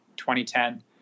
2010